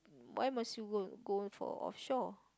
why must you go go for off shore